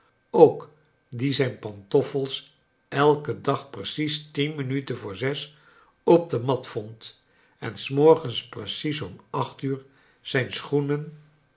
ook die zijn pantoffels elken dag precies tien minuten voor zes op de mat vond en s morgens precies om acht uur zijn schoenen